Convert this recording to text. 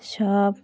সব